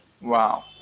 Wow